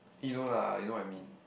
you know lah you know what I mean